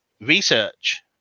research